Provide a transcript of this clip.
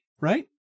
right